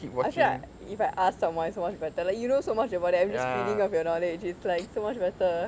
actually I if I ask someone it's so much better like you know so much about it I'm just feeding off your knowledge it's like so much better